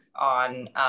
on